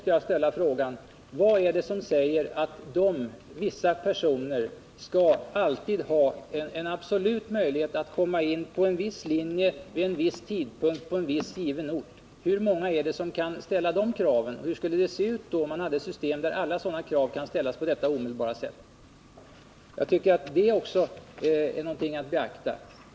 Jag vill då ställa frågan: Vad är det som säger att vissa personer alltid skall ha en absolut möjlighet att komma in på en viss linje, vid en viss tidpunkt och på en viss given ort? Hur många är det som kan ställa de kraven? Hur skulle det se ut om vi hade ett system där alla sådana krav kunde ställas på detta omedelbara sätt? Jag tycker att också detta är värt att beakta.